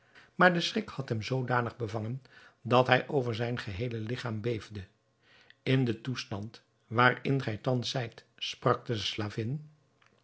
maar de schrik had hem zoodanig bevangen dat hij over zijn geheele ligchaam beefde in den toestand waarin gij thans zijt sprak de